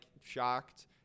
shocked